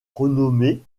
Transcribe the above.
renommé